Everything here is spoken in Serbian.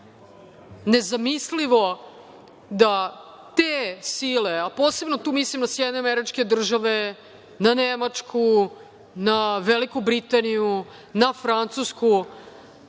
nezamislivo da te sile, a posebno tu mislim na SAD, na Nemačku, na Veliku Britaniju, na Francusku,